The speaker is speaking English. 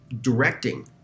directing